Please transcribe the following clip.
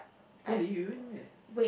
poly you you went meh